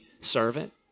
servant